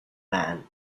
man